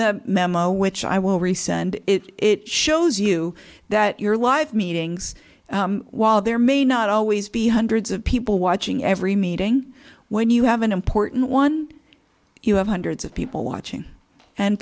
the memo which i will research and it shows you that your life meetings while there may not always be hundreds of people watching every meeting when you have an important one you have hundreds of people watching and